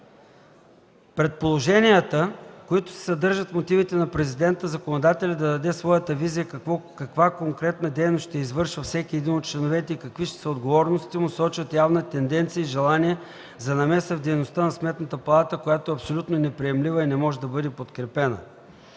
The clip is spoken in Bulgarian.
Предложенията, които се съдържат в мотивите на Президента, законодателят да даде своята визия каква конкретна дейност ще извършва всеки един от членовете и какви ще са отговорностите му, сочат явна тенденция и желание за намеса в дейността на Сметната палата, която е абсолютно неприемлива и не може да бъде подкрепена.